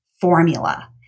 formula